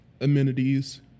amenities